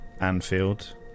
Anfield